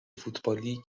فوتبالی